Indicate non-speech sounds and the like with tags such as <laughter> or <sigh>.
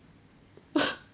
<noise>